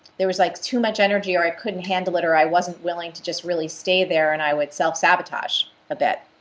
there was like too much energy or i couldn't handle it or i wasn't willing to just really stay there and i would self sabotage a bit.